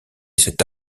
cet